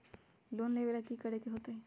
Loan लेवेला की करेके होतई?